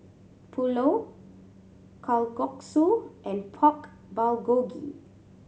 Pulao Kalguksu and Pork Bulgogi